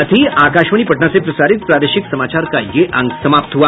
इसके साथ ही आकाशवाणी पटना से प्रसारित प्रादेशिक समाचार का ये अंक समाप्त हुआ